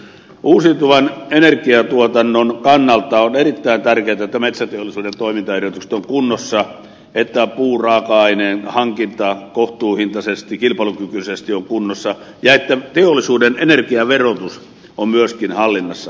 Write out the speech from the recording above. uusiutuvan energiatuotannon kannalta on erittäin tärkeätä että metsäteollisuuden toimintaedellytykset ovat kunnossa että puuraaka aineen hankinta kohtuuhintaisesti kilpailukykyisesti on kunnossa ja että teollisuuden energiaverotus on myöskin hallinnassa